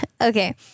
Okay